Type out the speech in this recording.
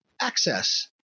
access